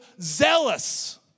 zealous